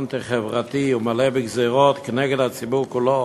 אנטי-חברתי ומלא בגזירות נגד הציבור כולו,